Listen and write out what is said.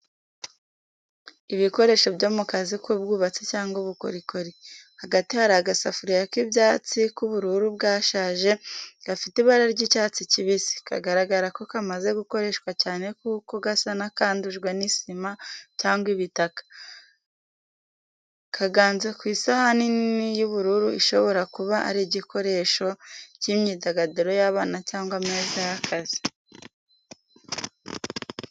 Ibikoresho byo mu kazi k’ubwubatsi cyangwa ubukorikori. Hagati hari agasafuriya k’ibyatsi k’ubururu bwashaje, gafite ibara ry’icyatsi kibisi, kagaragara ko kamaze gukoreshwa cyane kuko gasa n’akandujwe n'isima cyangwa ibitaka. Kaganze ku isahani nini y’ubururu ishobora kuba ari igikoresho cy’imyidagaduro y’abana cyangwa ameza y’akazi.